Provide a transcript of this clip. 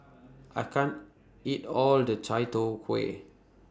I can't eat All of The Chai Tow Kway